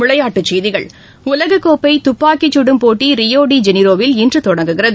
விளையாட்டுச்செய்திகள் உலகக்கோப்பை துப்பாக்கிச்சுடும் போட்டி ரியோடிஜெனிரோவில் இன்று தொடங்குகிறது